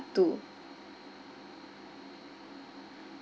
two